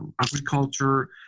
agriculture